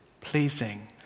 pleasing